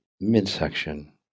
midsection